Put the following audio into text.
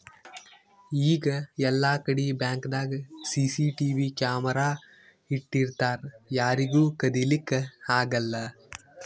ಈಗ್ ಎಲ್ಲಾಕಡಿ ಬ್ಯಾಂಕ್ದಾಗ್ ಸಿಸಿಟಿವಿ ಕ್ಯಾಮರಾ ಇಟ್ಟಿರ್ತರ್ ಯಾರಿಗೂ ಕದಿಲಿಕ್ಕ್ ಆಗಲ್ಲ